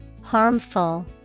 Harmful